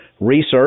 research